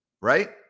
right